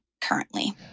currently